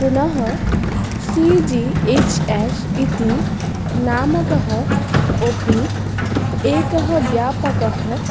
पुनः C G H S इति नामकः अपि एकः व्यापकः